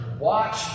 Watch